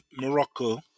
Morocco